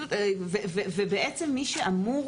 בעצם מי שאמור